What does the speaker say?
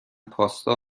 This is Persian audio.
پاستا